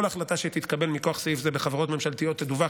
כל החלטה שתתקבל מכוח סעיף זה בחברות ממשלתיות תדווח